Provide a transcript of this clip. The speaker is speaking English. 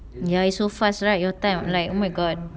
ya it's so fast right your time like oh my god